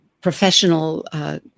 professional